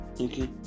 okay